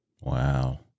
Wow